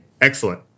Excellent